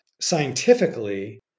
scientifically